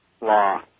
law